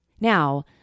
Now